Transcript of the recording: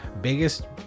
biggest